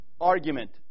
argument